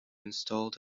installed